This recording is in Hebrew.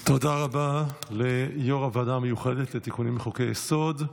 תודה רבה ליושב-ראש הוועדה המיוחדת לתיקונים לחוקי-יסוד.